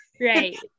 Right